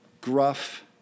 gruff